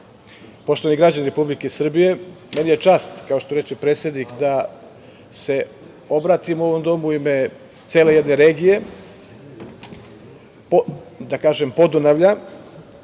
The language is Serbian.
poštovani građani Republike Srbije, meni je čast, kao što reče predsednik, da se obratim ovom domu u ime cele jedne regije, da kažem, Podunavlja,